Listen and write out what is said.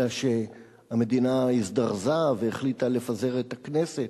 אלא שהמדינה הזדרזה והחליטה לפזר את הכנסת.